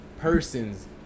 person's